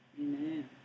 Amen